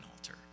altar